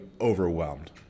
overwhelmed